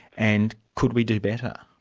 and could we do better?